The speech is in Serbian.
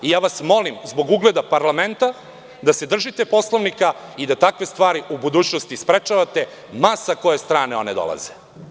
Molim vas, zbog ugleda parlamenta, da se držite Poslovnika i da takve stvari u budućnosti sprečavate, ma sa koje strane one dolaze.